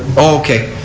okay.